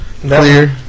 clear